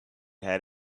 had